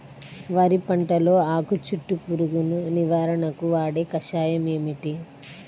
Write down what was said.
వరి పంటలో ఆకు చుట్టూ పురుగును నివారణకు వాడే కషాయం ఏమిటి?